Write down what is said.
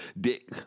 Dick